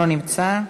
אינו נמצא,